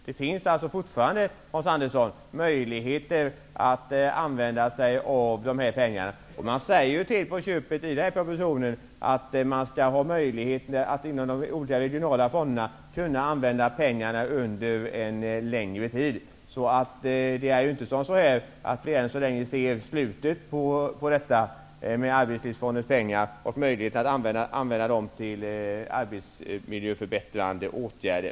Det finns fortfarande, Hans Andersson, möjligheter att använda dessa pengar. Det framhålls till på köpet i propositionen att man skall ha möjlighet att inom de olika regionala fonderna använda pengarna under en längre tid. Vi har alltså ännu inte sett slutet på möjligheterna att använda Arbetslivsfondens pengar till arbetsmiljöförbättrande åtgärder.